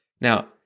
Now